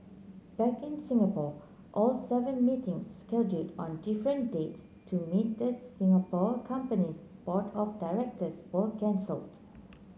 back in Singapore all seven meetings scheduled on different dates to meet the Singapore company's board of directors were cancelled